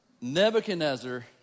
Nebuchadnezzar